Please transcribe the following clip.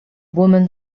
woman